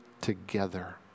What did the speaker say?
together